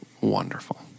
wonderful